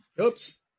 Oops